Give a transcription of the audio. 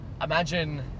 Imagine